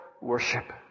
worship